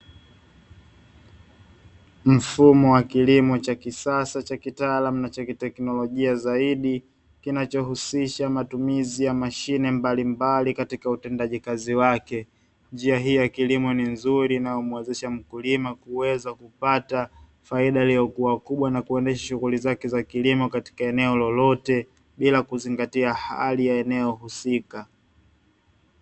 Mfumo wa kilimo cha kisasa cha kitaalamu na cha kiteknolojia zaidi, kinachohusisha matumizi ya mashine mbalimbali katika utendaji kazi wake. Njia hii ya kilimo ni nzuri na humuwezesha mkulima kuweza kupata faida iliyokuwa kubwa na kuendesha shughuli zake za kilimo katika eneo lolote, bila kuzingatia hali ya eneo husika.